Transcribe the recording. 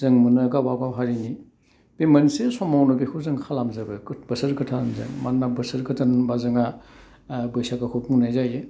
जों मोनो गाबागाव हारिनि बे मोनसे समावनो बेखौ जों खालाम जोबो खुद बोसोर गोदानजों मानोना बोसोर गोदान होनबा जोंहा बैसागोखौ बुंनाय जायो